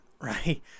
Right